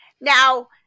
Now